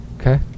Okay